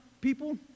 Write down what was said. people